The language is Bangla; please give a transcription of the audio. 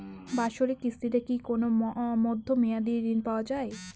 বাৎসরিক কিস্তিতে কি কোন মধ্যমেয়াদি ঋণ পাওয়া যায়?